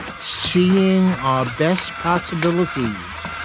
seeing our best possibilities,